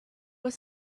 was